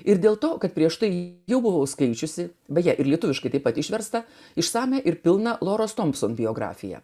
ir dėl to kad prieš tai jau buvau skaičiusi beje ir lietuviškai taip pat išverstą išsamią ir pilną loros thomson biografiją